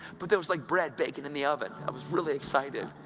but it was like bread baking in the oven i was really excited,